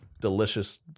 delicious